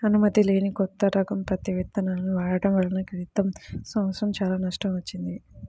అనుమతి లేని కొత్త రకం పత్తి విత్తనాలను వాడటం వలన క్రితం సంవత్సరం చాలా నష్టం వచ్చింది